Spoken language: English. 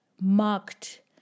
marked